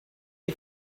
you